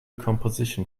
composition